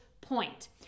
point